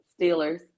Steelers